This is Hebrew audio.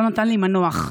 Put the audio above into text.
לא נתן לי מנוח.